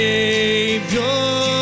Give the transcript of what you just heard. Savior